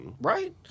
right